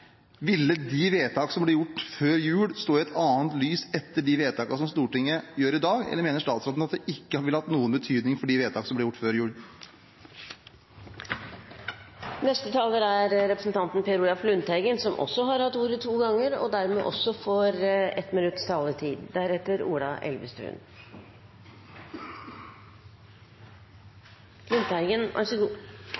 Ville de vedtak som ble gjort før jul, stå i et annet lys etter de vedtakene som Stortinget gjør i dag, eller mener statsråden at det ikke ville hatt noen betydning for de vedtak som ble gjort før jul? Representanten Per Olaf Lundteigen har hatt ordet to ganger tidligere og får